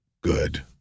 good